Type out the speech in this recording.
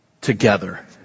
together